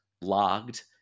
logged